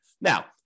Now